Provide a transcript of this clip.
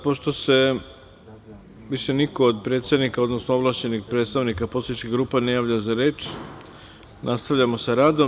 Pošto se više niko od predsednika, odnosno ovlašćenih predstavnika poslaničkih grupa ne javlja za reč, nastavljamo sa radom.